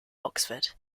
oxford